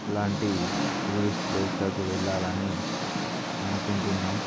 లాంటి టూరిస్ట్ ప్లేస్లకు వెళ్ళాలని అనుకుంటున్నాం